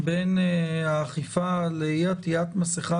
בין האכיפה על אי עטית מסכה,